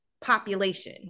population